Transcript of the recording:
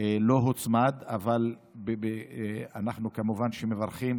לא הוצמד, אבל כמובן שאנחנו מברכים